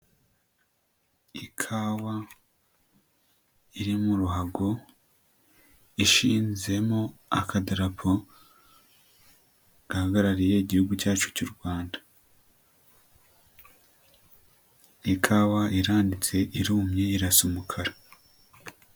Ikawa iri mu ruhago ishinzemo akadarapo gahagarariye igihugu cyacu cy'u Rwanda. Ikawa iranitse, irumye irasa umukara.